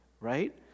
right